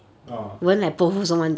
ah